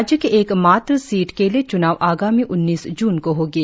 राज्य की एक मात्र सीट के लिए चुनाव आगामी उन्नीस जून को होंगे